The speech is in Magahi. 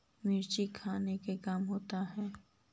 मिर्ची खाने से का होता है?